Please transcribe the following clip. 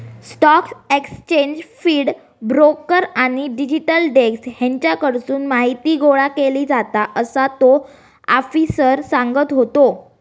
stock exchange feed, broker आणि dealer desk हेच्याकडसून माहीती गोळा केली जाता, असा तो आफिसर सांगत होतो